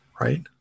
right